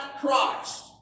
Christ